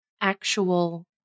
actual